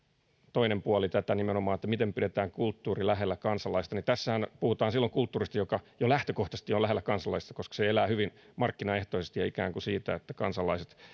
toinen puoli nimenomaan tässä miten me pidämme kulttuurin lähellä kansalaista tässähän puhutaan silloin kulttuurista joka jo lähtökohtaisesti on lähellä kansalaista koska se elää hyvin markkinaehtoisesti ja ikään kuin siitä että kansalaiset